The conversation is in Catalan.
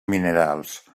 minerals